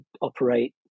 operate